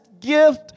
gift